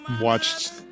watched